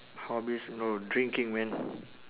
hobbies no drinking man